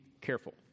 careful